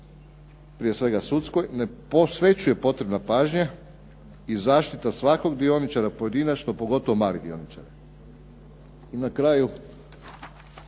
prije svega sudskoj, ne posvećuje potrebna pažnja i zaštita svakog dioničara pojedinačno pogotovo malih dioničara. I na kraju